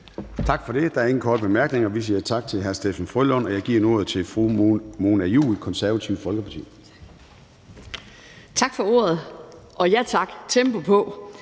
Tak for det. Der er ingen korte bemærkninger. Vi siger tak til hr. Steffen W. Frølund. Og jeg giver nu ordet til fru Mona Juul, Det Konservative Folkeparti. Kl. 10:41 (Ordfører) Mona